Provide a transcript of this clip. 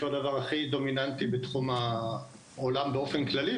שהוא הדבר הכי דומיננטי בתחום העולם באופן כללי,